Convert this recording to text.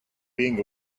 being